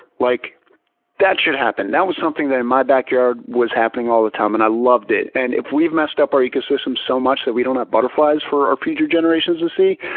like that should happen. that was something that in my backyard was happening all the time and i loved it. and if we've messed up our ecosystem so much that we don't have butterflies for our future generations to see,